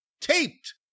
taped